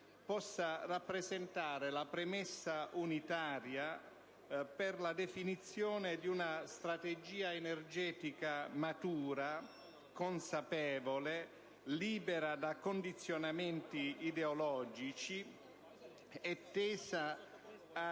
possano rappresentare la premessa unitaria per la definizione di una strategia energetica matura, consapevole, libera da condizionamenti ideologici e tesa a